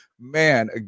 Man